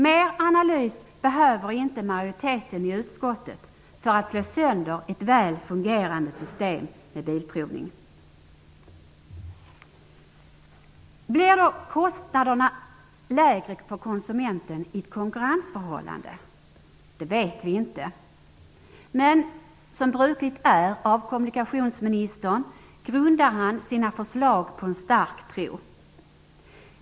Mer analys behöver inte majoriteten i utskottet för att slå sönder ett väl fungerande system med bilprovning. Blir då kostnaderna lägre för konsumenten i ett konkurrensförhållande? Det vet vi inte. Men som brukligt är av kommunikationsministern grundar han sina förslag på en stark tro.